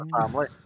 Family